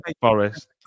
Forest